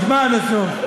תשמע עד הסוף.